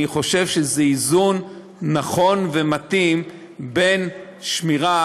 אני חושב שזה איזון נכון ומתאים בין שמירה